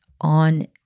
on